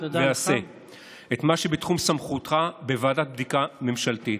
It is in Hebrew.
פעל ועשה את מה שבתחום סמכותך בוועדת בדיקה ממשלתית.